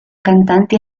cantante